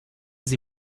sie